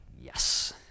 yes